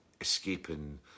escaping